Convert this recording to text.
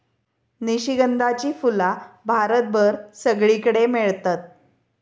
निशिगंधाची फुला भारतभर सगळीकडे मेळतत